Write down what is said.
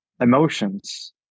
emotions